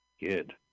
Good